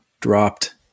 dropped